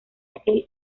aquel